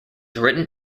written